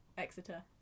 Exeter